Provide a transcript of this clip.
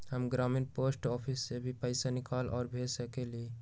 हम ग्रामीण post office से भी पैसा निकाल और भेज सकेली?